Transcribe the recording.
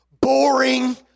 boring